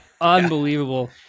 unbelievable